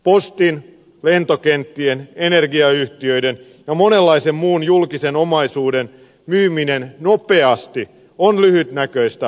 postin lentokenttien energiayhtiöiden ja monenlaisen muun julkisen omaisuuden myyminen nopeasti on lyhytnäköistä politiikkaa